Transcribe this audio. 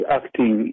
acting